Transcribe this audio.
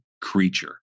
creature